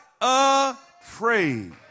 afraid